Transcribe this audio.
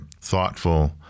thoughtful